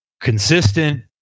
consistent